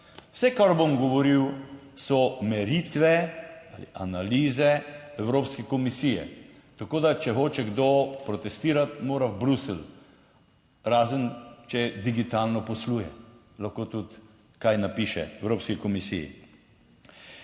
Vse, kar bom govoril, so meritve ali analize Evropske komisije Tako da če hoče kdo protestirati, mora v Bruselj razen, če digitalno posluje lahko tudi kaj napiše Evropski komisiji.